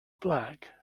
black